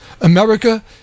America